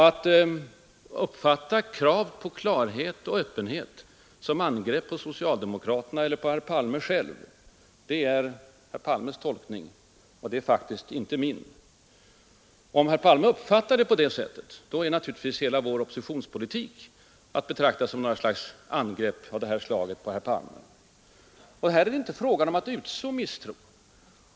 Att uppfatta krav på klarhet och öppenhet som angrepp på socialdemokraterna eller på herr Palme själv är herr Palmes tolkning och faktiskt inte min. Om herr Palme uppfattar det så är naturligtvis hela vår oppositionspolitik att betrakta som angrepp. Här är det inte fråga om att ”utså misstro”.